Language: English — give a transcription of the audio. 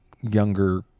younger